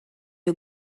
une